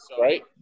Right